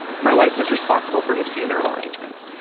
my wife is responsible for his funeral arrangements.